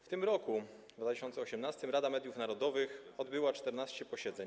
W roku 2018 Rada Mediów Narodowych odbyła 14 posiedzeń.